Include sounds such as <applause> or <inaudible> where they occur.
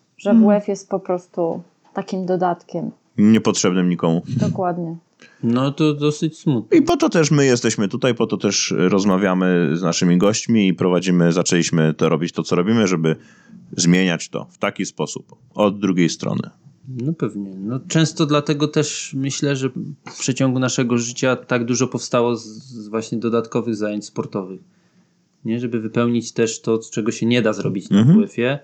że Mhm. WF jest po prostu takim dodatkiem. Niepotrzebnym nikomu. <laughs> Dokładnie. No to dosyć smutne. I po to też my jesteśmy tutaj, po to też rozmawiamy z naszymi gośćmi i prowadzimy- zaczęliśmy to robić, to, co robimy, żeby zmieniać to w taki sposób, od drugiej strony. No pewnie. No często dlatego też myślę, że w przeciągu naszego życia tak dużo powstało z- z właśnie dodatkowych zajęć sportowych. Nie? Żeby wypełnić też to, z czego się nie da zrobić na Mhm. WF-ie.